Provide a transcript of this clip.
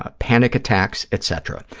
ah panic attacks, etc.